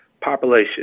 population